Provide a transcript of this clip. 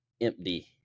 empty